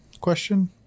question